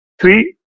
Three